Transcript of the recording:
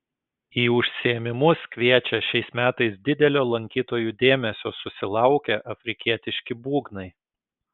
į užsiėmimus kviečia šiais metais didelio lankytojų dėmesio susilaukę afrikietiški būgnai